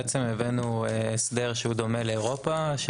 בעצם הבאנו הסבר שהוא דומה לאירופה.